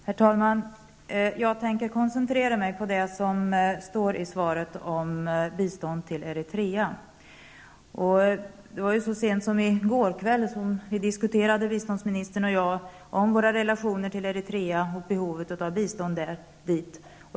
Herr talman! Jag tänker koncentrera mig på det som står i svaret om bistånd till Eritrea. Så sent som i går kväll diskuterade biståndsministern och jag relationerna till Eritrea och behovet av bistånd dit.